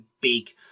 big